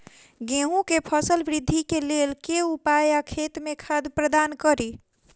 गेंहूँ केँ फसल वृद्धि केँ लेल केँ उपाय आ खेत मे खाद प्रदान कड़ी?